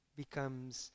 becomes